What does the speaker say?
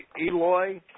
Eloy